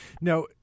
Now